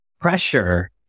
pressure